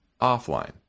offline